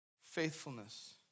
faithfulness